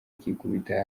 ikikubita